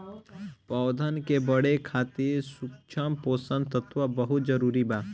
पौधन के बढ़े खातिर सूक्ष्म पोषक तत्व बहुत जरूरी बा